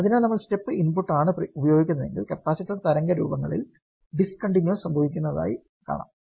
അതിനാൽ നമ്മൾ step input ആണ് ഉപയോഗിക്കുന്നതെങ്കിൽ കപ്പാസിറ്റർ തരംഗരൂപങ്ങളിൽ ഡിസ്കണ്ടിന്യൂയിറ്റിസ് സംഭവിക്കുന്നതായി കാണാം